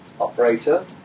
operator